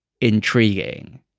intriguing